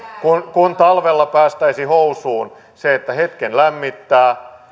kuin talvella päästäisi housuun se että hetken lämmittää